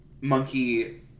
Monkey